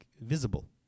visible